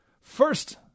First